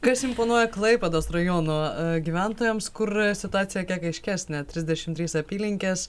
kas imponuoja klaipėdos rajono gyventojams kur situacija kiek aiškesnė trisdešimt trys apylinkės